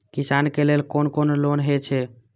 किसान के लेल कोन कोन लोन हे छे?